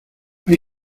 hay